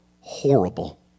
Horrible